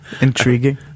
Intriguing